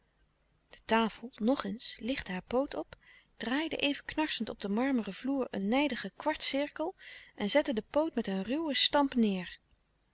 de tafel nog eens lichtte haar poot op draaide even knarsend op den marmeren vloer een nijdigen kwartcirkel en zette de poot met een ruwen stamp neêr